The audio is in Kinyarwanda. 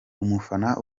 umufana